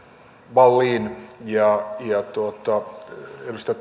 wallin ja edustaja